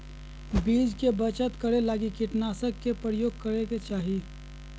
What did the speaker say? बीज के बचत करै लगी कीटनाशक के प्रयोग करै के चाही